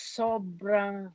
sobrang